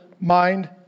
mind